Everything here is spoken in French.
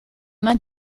mains